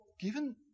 given